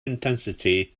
intensity